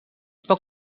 poc